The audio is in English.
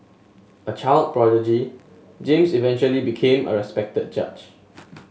a child prodigy James eventually became a respected judge